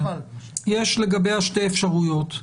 יש לגביה שתי אפשרויות,